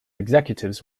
executives